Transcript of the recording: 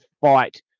fight